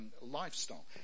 lifestyle